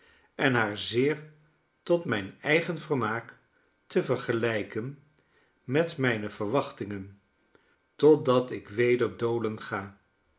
en haar zeer tot mijn eigen vermaak te vergelijken met mijne verwachtingen totdat ik weder dolen ga